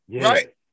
Right